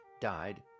died